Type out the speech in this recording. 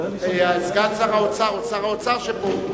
סגן שר האוצר או שר האוצר שפה,